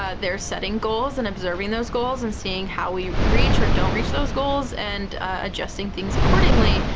ah they're setting goals and observing those goals and seeing how we reach or don't reach those goals and adjusting things accordingly.